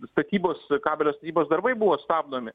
statybos kabelio statybos darbai buvo stabdomi